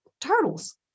turtles